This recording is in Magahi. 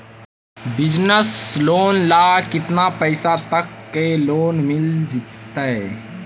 बिजनेस लोन ल केतना पैसा तक के लोन मिल जितै?